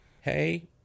hey